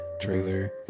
trailer